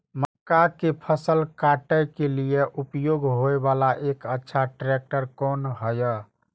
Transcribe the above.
मक्का के फसल काटय के लिए उपयोग होय वाला एक अच्छा ट्रैक्टर कोन हय?